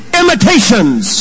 imitations